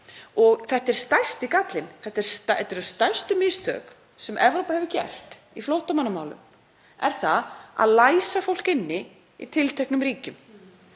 Þetta er stærsti gallinn, þetta eru stærstu mistökin sem Evrópa hefur gert í flóttamannamálum, þ.e. að læsa fólk inni í tilteknum ríkjum.